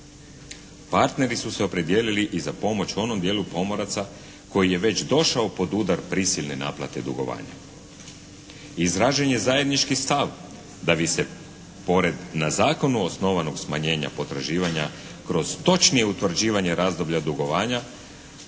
Partneri su se opredijelili i za pomoć onom dijelu pomoraca koji je već došao pod udar prisilne naplate dugovanja. Izražen je zajednički stav da bi se pored na zakonu osnovanog smanjenja potraživanja kroz točnije utvrđivanje razdoblja dugovanja